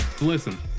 Listen